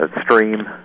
stream